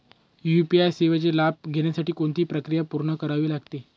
UPI सेवेचा लाभ घेण्यासाठी कोणती प्रक्रिया पूर्ण करावी लागते?